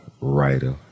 writer